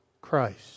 Christ